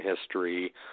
history